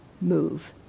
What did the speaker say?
move